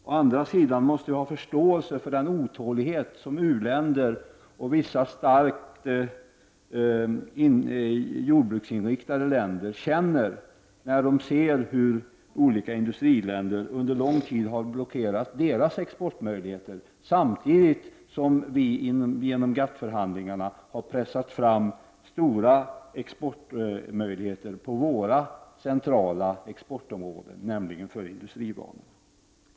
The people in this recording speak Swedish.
Å andra sidan måste vi ha förståelse för den otålighet som u-länder och vissa starkt jordbruksinriktade länder känner, när de har sett hur olika industriländer under lång tid har blockerat deras exportmöjligheter samtidigt som vi genom GATT-förhandlingarna har pressat fram stora exportmöjligheter på våra centrala exportområden, nämligen för industrivarorna.